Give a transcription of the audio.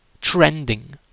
Trending